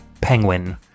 penguin